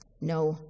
no